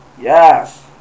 yes